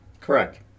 Correct